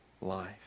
life